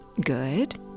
good